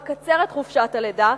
לקצר את חופשת הלידה,